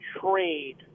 trade